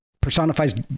personifies